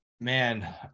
Man